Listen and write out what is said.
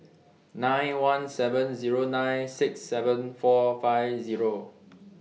nine one seven Zero nine six seven four five Zero